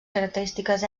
característiques